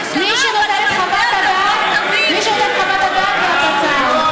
אני ישרה, אבל הנושא הזה הוא לא סביר.